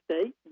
state